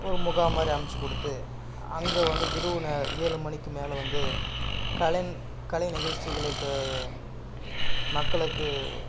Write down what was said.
ஒரு முகாம் மாதிரி அமைச்சி கொடுத்து அங்கே வந்து இரவு நேர ஏழு மணிக்கு மேலே வந்து கலை கலை நிகழ்ச்சிகளுக்கு மக்களுக்கு